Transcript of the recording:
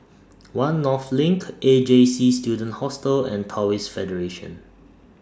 one North LINK A J C Student Hostel and Taoist Federation